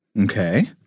Okay